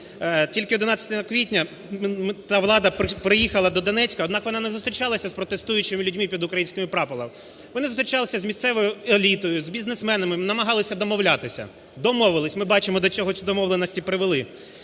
тільки 11 квітня та влада приїхала до Донецька, однак вона не зустрічалася з протестуючими людьми під українським прапором. Вони зустрічалися з місцевої елітою, з бізнесменами, намагалися домовлятися. Домовилися. Ми бачимо, до чого ці домовленості привели.